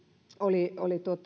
oli oli oppilashuollosta